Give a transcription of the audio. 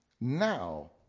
now